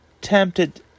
tempted